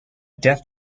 death